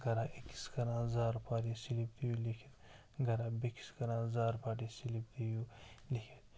گَرا أکِس کَران زارپار یہِ سلپ دِیِو لیٚکھِتھ گَرا بیٚکِس کَران زارپار یہِ سلپ دِیِو لیٚکھِتھ